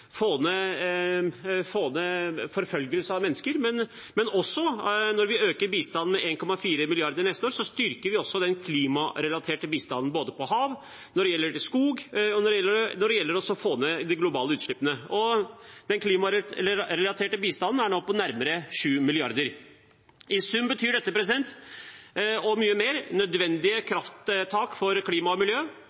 få ned omfanget av forfølgelse av mennesker. Når vi øker bistanden med 1,4 mrd. kr, styrker vi også den klimarelaterte bistanden når det gjelder hav, skog og å få ned de globale utslippene. Den klimarelaterte bistanden er nå på nærmere 7 mrd. kr. I sum er dette nødvendige krafttak for klima og miljø.